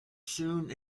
soon